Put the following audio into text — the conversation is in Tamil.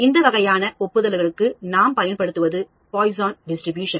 இந்த வகையான ஒப்புதலுக்கு நாம் பயன்படுத்துவது பாய்சான்டிஸ்ட்ரிபியூஷன்